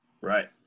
Right